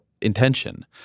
intention